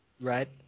Right